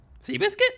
Seabiscuit